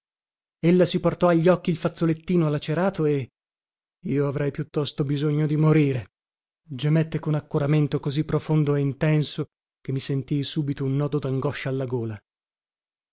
amico ella si portò agli occhi il fazzolettino lacerato e io avrei piuttosto bisogno di morire gemette con accoramento così profondo e intenso che mi sentii subito un nodo dangoscia alla gola